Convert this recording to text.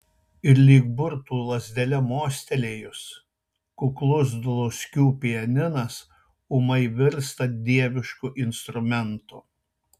ir lyg burtų lazdele mostelėjus kuklus dluskių pianinas ūmai virsta dievišku instrumentu